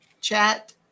chat